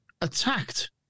attacked